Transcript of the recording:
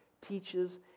teaches